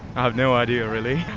i've no idea really.